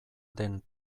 den